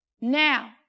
Now